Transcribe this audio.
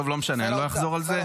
טוב, לא משנה, אני לא אחזור על זה.